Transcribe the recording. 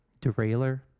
Derailleur